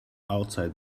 outside